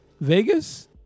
Vegas